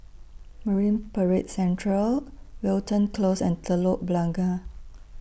Marine Parade Central Wilton Close and Telok Blangah